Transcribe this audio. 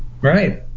Right